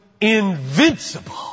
invincible